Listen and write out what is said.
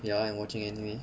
ya and watching anime